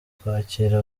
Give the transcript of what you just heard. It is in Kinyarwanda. kwakira